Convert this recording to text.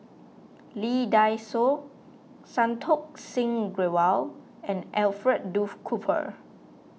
Lee Dai Soh Santokh Singh Grewal and Alfred Duff Cooper